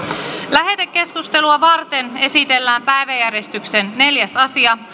lähetekeskustelua varten esitellään päiväjärjestyksen neljäs asia